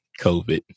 COVID